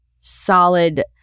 solid